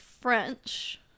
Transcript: French